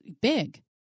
big